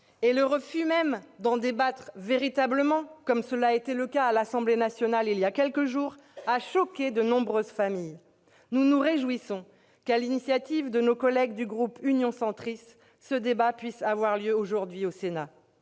Et le refus même d'en débattre véritablement, constaté à l'Assemblée nationale il y a quelques jours, a choqué de nombreuses familles. Nous nous réjouissons que, sur l'initiative de nos collègues du groupe Union Centriste, ce débat puisse avoir lieu aujourd'hui au Sénat.